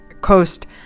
coast